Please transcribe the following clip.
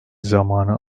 zamanı